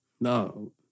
No